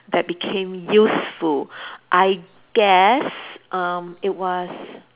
that became useful I guess um it was